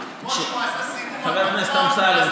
חבר הכנסת אמסלם,